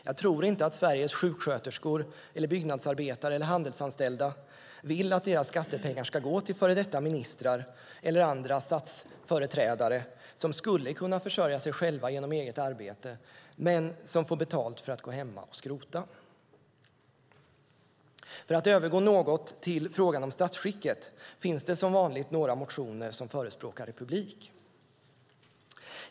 Jag tror inte att Sveriges sjuksköterskor, byggnadsarbetare och handelsanställda vill att deras skattepengar ska gå till före detta ministrar eller andra statsföreträdare som skulle kunna försörja sig själva genom eget arbete men får betalt för att gå hemma och skrota. För att övergå till frågan om statsskicket: Det finns som vanligt några motioner där man förespråkar republik.